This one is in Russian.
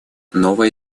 новая